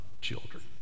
children